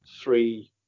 three